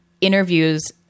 interviews